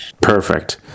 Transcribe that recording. perfect